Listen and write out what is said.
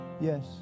Yes